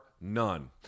none